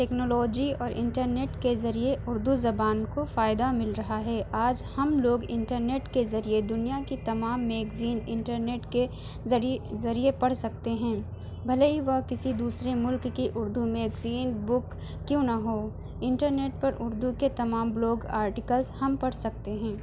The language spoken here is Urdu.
ٹیکنالوجی اور انٹرنیٹ کے ذریعہ اردو زبان کو فائدہ مل رہا ہے آج ہم لوگ انٹرنیٹ کے ذریعہ دنیا کی تمام میگزین انٹرنیٹ کے ذریعہ ذریعہ پڑھ سکتے ہیں بھلے ہی وہ کسی دورسرے ملک کی اردو میگزین بک کیوں نہ ہو انٹرنیٹ پر اردو کے تمام بلاگ آرٹیکلس ہم پڑھ سکتے ہیں